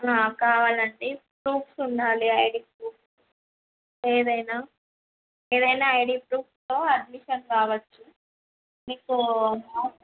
కావాలండి ప్రూఫ్ ఉండాలి ID proof ఏదైనా ఏదైనా ఐడి ప్రూఫ్తో అడ్మిషన్ కావచ్చు మీకూ